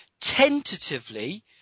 tentatively